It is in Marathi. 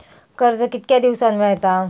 कर्ज कितक्या दिवसात मेळता?